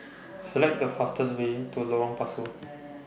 Select The fastest Way to Lorong Pasu